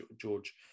George